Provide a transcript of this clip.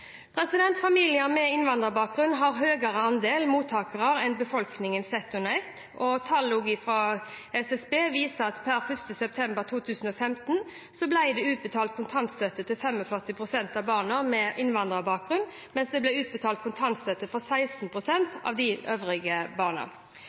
Familier med innvandrerbakgrunn har en høyere andel mottakere enn befolkningen sett under ett. Tall fra SSB viser også at per 1. september 2015 ble det utbetalt kontantstøtte til 45 pst. av barna med innvandrerbakgrunn, mens det ble utbetalt kontantstøtte for